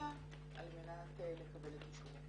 לממשלה על מנת לקבל את אישורו.